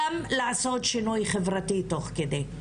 גם לעשות שינוי חברתי תוך כדי,